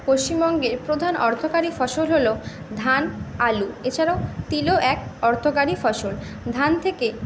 পশ্চিমবঙ্গের প্রধান অর্থকারী ফসল হলো ধান আলু এছাড়াও তিলও এক অর্থকারী ফসল ধান থেকে